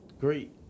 Great